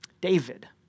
David